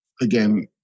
again